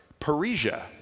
Parisia